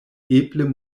eble